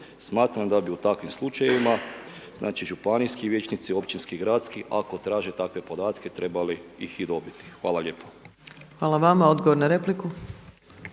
Smatram da bi u takvim slučajevima, znači županijski vijećnici, općinski, gradski ako traže takve podatke trebali ih i dobiti. Hvala lijepo. **Opačić, Milanka (SDP)** Hvala vama. Odgovor na repliku.